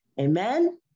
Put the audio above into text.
Amen